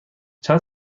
چند